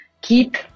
keep